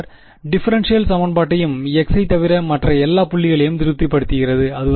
மாணவர் டிஃபரென்ஷியல் சமன்பாட்டையும் x ஐத் தவிர மற்ற எல்லா புள்ளிகளையும் திருப்திப்படுத்துகிறது குறிப்பு நேரம் 1408